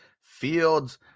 Fields